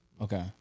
Okay